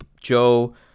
Joe